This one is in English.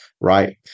right